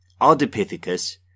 Ardipithecus